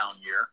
year